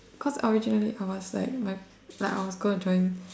cos originally I was like mm like I was going to join